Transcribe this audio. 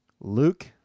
Luke